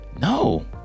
No